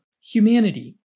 humanity